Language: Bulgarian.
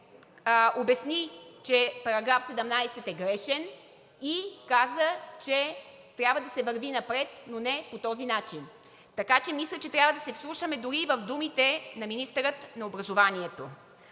обясни, че § 17 е грешен, и каза, че трябва да се върви напред, но не по този начин. Мисля, че трябва да се вслушаме в думите на министъра на образованието.